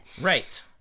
Right